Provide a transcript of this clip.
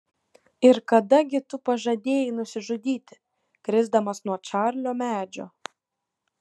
ir kada gi tu pažadėjai nusižudyti krisdamas nuo čarlio medžio